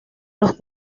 los